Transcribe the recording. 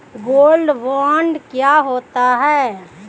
Gold bond क्या होता है?